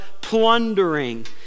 plundering